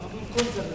הצעת חוק הענקת